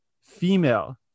female